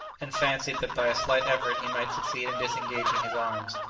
and fancied that by a slight effort he might succeed in disengaging his arms.